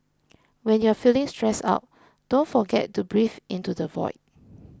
when you are feeling stressed out don't forget to breathe into the void